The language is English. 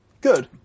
good